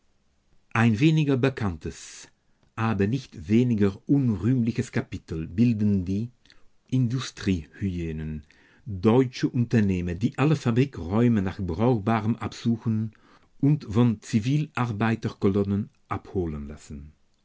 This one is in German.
ein weniger bekanntes aber nicht weniger unrühmliches kapitel bilden die industriehyänen deutsche unternehmer die alle fabrikräume nach brauchbarem absuchen und von zivilarbeiterkolonnen abholen lassen